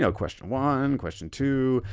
so question one, question two,